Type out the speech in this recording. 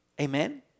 Amen